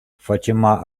fatima